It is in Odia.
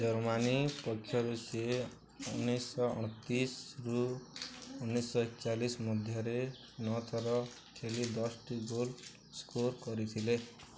ଜର୍ମାନୀ ପକ୍ଷରୁ ସିଏ ଉଣେଇଶହ ଅଣତିଶରୁ ଉଣେଇଶହ ଏକଚାଳିଶ ମଧ୍ୟରେ ନଅ ଥର ଖେଳି ଦଶଟି ଗୋଲ୍ ସ୍କୋର୍ କରିଥିଲେ